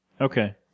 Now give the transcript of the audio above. Okay